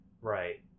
Right